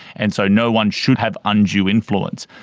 and so no one should have undue influence.